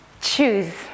Choose